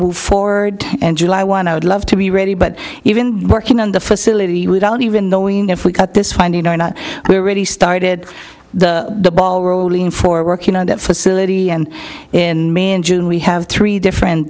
move forward and july one i would love to be ready but even working on the facility we don't even knowing if we cut this finding or not we already started the ball rolling for working on that facility and in may in june we have three different